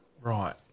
Right